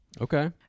Okay